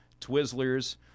Twizzlers